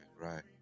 right